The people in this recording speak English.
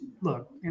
Look